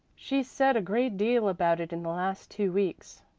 she's said a great deal about it in the last two weeks,